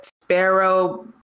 Sparrow